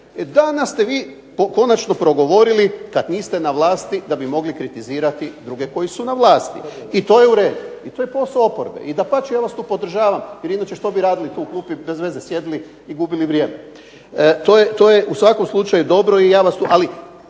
Danas ste vi konačno progovorili kad niste na vlasti da bi mogli kritizirati druge koji su na vlasti. i to je u redu, to je posao oporbe i dapače ja vas tu podržavam, jer inače što bi radili tu u klupi, bezveze sjedili i gubili vrijeme. To je u svakom slučaju dobro, ali biti